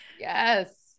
Yes